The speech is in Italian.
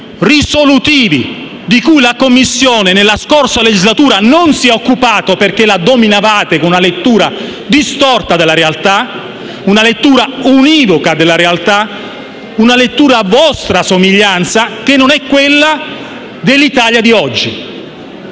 risolutivi di cui la Commissione nella scorsa legislatura non si è occupata, perché la dominavate con una lettura distorta e univoca della realtà, una lettura a vostra somiglianza che non è quella dell'Italia di oggi.